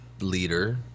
leader